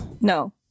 no